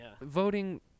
voting